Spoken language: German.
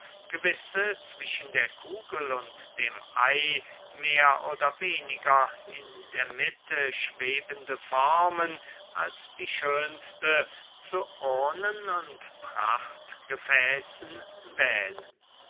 gewisse zwischen der kugel und dem ey mehr oder weniger in der mitte schwebende formen als die schönsten zu urnen und prachtgefäßen wählen